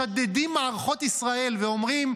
משדדים מערכות ישראל ואומרים: